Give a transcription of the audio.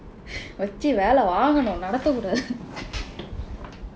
வைச்சி வேலை வாங்கணும் நடத்த கூடாது:vaichsi veelai vaangkanum nadaththa kuudaathu